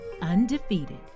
Undefeated